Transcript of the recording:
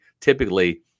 typically